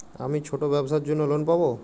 আমি ছোট ব্যবসার জন্য লোন পাব?